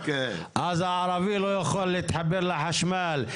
אז הערבי לא יכול להתחבר לחשמל,